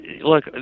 look